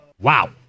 Wow